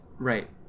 Right